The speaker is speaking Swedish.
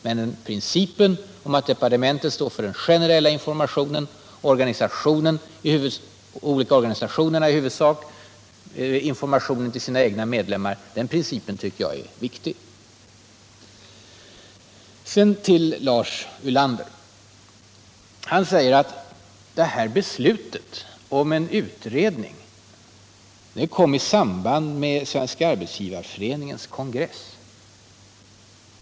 Men principen att departementet står för den generella informationen och organisationerna i huvudsak för informationen — Om planerade till sina egna medlemmar, tycker jag är viktig. ändringar i lagen Sedan till Lars Ulander. Han säger att beslutet om en utredning kom om anställningsi samband med Svenska arbetsgivareföreningens kongress.